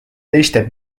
teiste